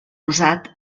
usat